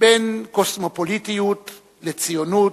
בין קוסמופוליטיות לציונות,